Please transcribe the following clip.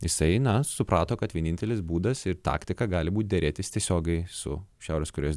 jisai na suprato kad vienintelis būdas ir taktika gali būti derėtis tiesiogiai su šiaurės korėjos